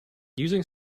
using